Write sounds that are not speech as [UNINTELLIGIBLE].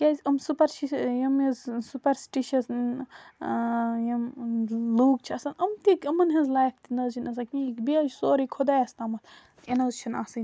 کیٛازِ یِم [UNINTELLIGIBLE] یِم یُس سُپرسِٹِشَس یِم لوٗکھ چھِ آسان یِم تہِ یِمَن ہٕنٛز لایف تہِ نہٕ حَظ چھِنہٕ آسان کِہیٖنۍ بیٚیہِ حظ چھِ سورُے خۄدایَس تامَتھ یِنہٕ حظ چھِنہٕ آسٕنۍ